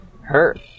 hurt